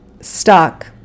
stuck